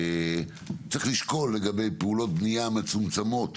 צריך לשקול לגבי פעולות בנייה מצומצמות